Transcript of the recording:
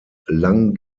lang